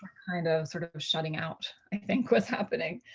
kind of sort of of shutting out. i think what's happening,